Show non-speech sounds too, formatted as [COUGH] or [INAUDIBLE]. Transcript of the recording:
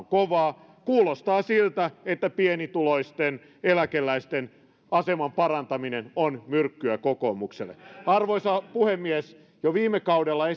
[UNINTELLIGIBLE] kovaa kuulostaa siltä että pienituloisten eläkeläisten aseman parantaminen on myrkkyä kokoomukselle arvoisa puhemies jo viime kaudella [UNINTELLIGIBLE]